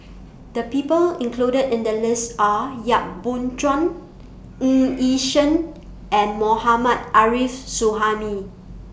The People included in The list Are Yap Boon Chuan Ng Yi Sheng and Mohammad Arif Suhaimi